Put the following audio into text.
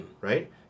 Right